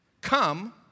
Come